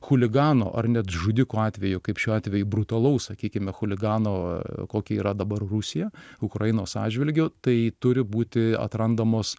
chuligano ar net žudikų atveju kaip šiuo atveju brutalaus sakykime chuligano kokia yra dabar rusija ukrainos atžvilgiu tai turi būti atrandamos